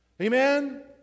Amen